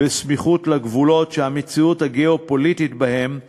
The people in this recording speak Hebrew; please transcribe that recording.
בסמיכות לגבולות שהמציאות הגיאו-פוליטית בהם סבוכה.